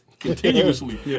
Continuously